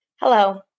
Hello